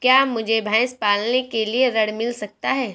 क्या मुझे भैंस पालने के लिए ऋण मिल सकता है?